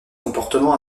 comportement